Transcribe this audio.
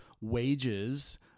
wages